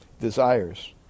desires